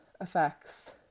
effects